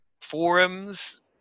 forums